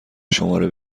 شماره